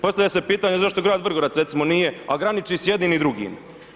Postavlja se pitanje zašto grad Vrgorac, recimo nije, a graniči i s jednim i drugim.